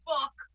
Fuck